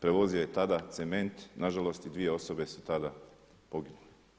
Prevozio je tada cement, na žalost i dvije osobe su tada poginule.